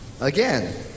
again